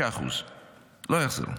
5%. לא יחזרו.